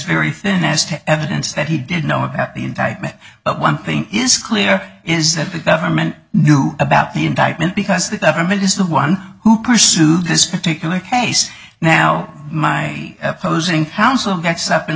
very thin as to evidence that he did know about the enticement but one thing is clear is that the government knew about the indictment because the government is the one who pursued this particular case now my opposing counsel gets up and